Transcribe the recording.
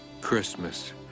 Christmas